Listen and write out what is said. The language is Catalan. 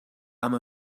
amb